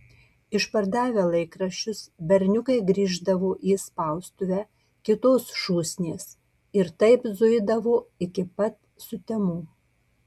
išpardavę laikraščius berniukai grįždavo į spaustuvę kitos šūsnies ir taip zuidavo iki pat sutemų